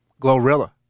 glorilla